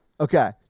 Okay